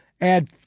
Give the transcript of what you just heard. add